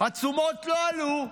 התשומות לא עלו,